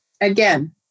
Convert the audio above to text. Again